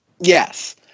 yes